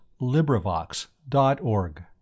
LibriVox.org